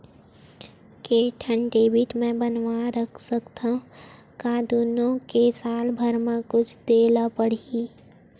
के ठन डेबिट मैं बनवा रख सकथव? का दुनो के साल भर मा कुछ दे ला पड़ही?